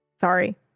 Sorry